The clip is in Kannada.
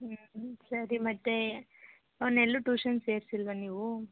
ಹ್ಞೂ ಸರಿ ಮತ್ತೆ ಅವನ್ನೆಲ್ಲೂ ಟೂಶನ್ ಸೇರಿಸಿಲ್ವ ನೀವು